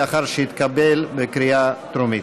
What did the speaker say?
לאחר שהתקבל בקריאה טרומית.